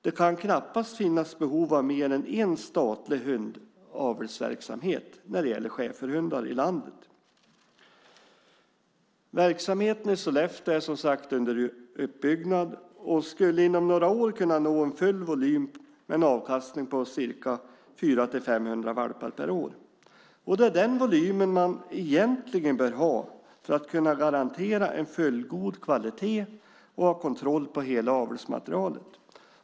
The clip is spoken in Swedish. Det kan knappast finnas behov av mer än en statlig hundavelsverksamhet i landet när det gäller schäferhundar. Verksamheten i Sollefteå är under uppbyggnad och skulle inom några år kunna nå en full volym med en avkastning ca 400-500 valpar per år. Det är den volymen man egentligen bör ha för att kunna garantera en fullgod kvalitet och ha kontroll på hela avelsmaterialet.